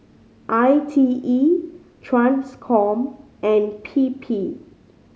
I T E Transcom and P P